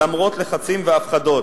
למרות לחצים והפחדות.